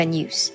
News